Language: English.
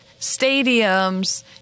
stadiums